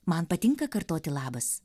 man patinka kartoti labas